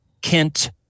Kent